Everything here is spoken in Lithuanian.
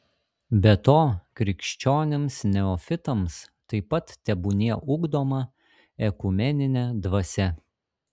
be to krikščionims neofitams taip pat tebūnie ugdoma ekumeninė dvasia